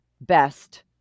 best